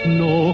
no